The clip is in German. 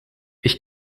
ich